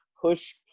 push